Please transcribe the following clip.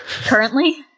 Currently